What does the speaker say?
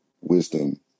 Wisdom